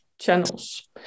channels